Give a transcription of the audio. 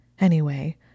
Anyway